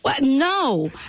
No